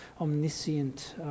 omniscient